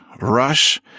rush